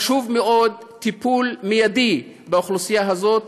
חשוב מאוד טיפול מיידי באוכלוסייה הזאת,